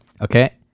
okay